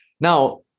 Now